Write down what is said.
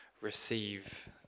receive